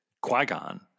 Qui-Gon